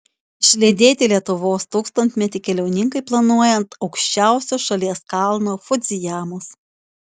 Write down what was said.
išlydėti lietuvos tūkstantmetį keliauninkai planuoja ant aukščiausio šalies kalno fudzijamos